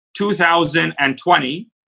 2020